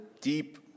deep